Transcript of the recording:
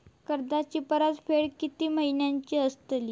कर्जाची परतफेड कीती महिन्याची असतली?